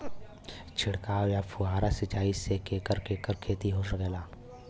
छिड़काव या फुहारा सिंचाई से केकर केकर खेती हो सकेला?